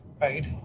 right